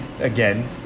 again